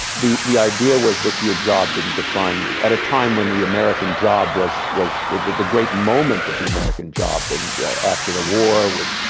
the the idea was that your job didn't define you, at a time when the american job was was the the great moment of the american job and after the war, with